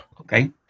Okay